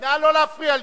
נא לא להפריע לו.